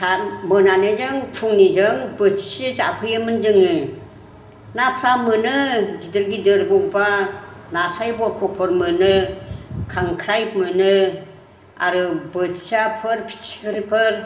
सान मोननानिजों फुंनिजों बोथिसे जाफैयोमोन जोङो नाफोरा मोनो गिदिर गिदिर बबेबा नास्राय बरथ'फोर मोनो खांख्राइ मोनो आरो बोथियाफोर फिथिख्रिफोर